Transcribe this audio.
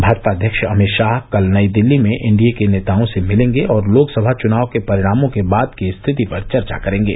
भाजपा अध्यक्ष अमित शाह कल नई दिल्ली में एनडीए के नेताओं से मिलेंगे और लोकसभा चुनाव के परिणामों के बाद की स्थिति पर चर्चा करेंगे